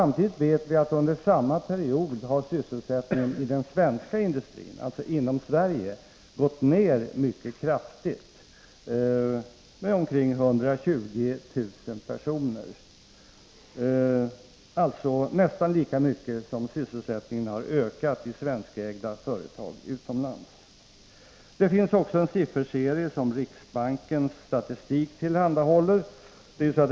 Vi vet att sysselsättningen i den svenska industrin inom Sverige under samma period gått ned mycket kraftigt — med omkring 120 000 personer, alltså nästan lika mycket som sysselsättningen har ökat i svenskägda företag utomlands. Det finns också en sifferserie som riksbankens statistik tillhandahåller.